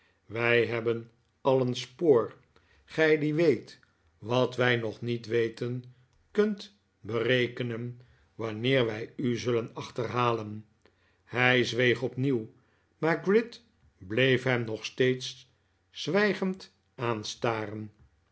wij hebben al een spoor gij die weet wat wij nog niet weten kunt berekenen wanneer wij u zullen achterhalen hij zweeg opnieuw maar gride bleef hem nog steeds zwijgend